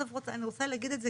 אני רוצה להגיד את זה,